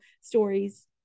stories